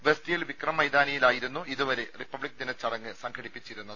വെസ്റ്റ്ഹിൽ വിക്രം മൈതാനിയിലായിരുന്നു ഇതുവരെ റിപ്പബ്ലിക് ദിനചടങ്ങ് സംഘടിപ്പിച്ചിരുന്നത്